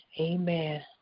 Amen